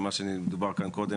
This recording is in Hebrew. מה שדובר כאן קודם,